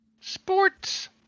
Sports